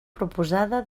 proposada